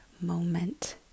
moment